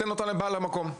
ניתן אותן לבעל המקום.